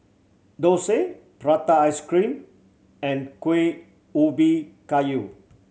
dosa prata ice cream and Kuih Ubi Kayu